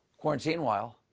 quarantine-while,